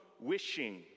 wishing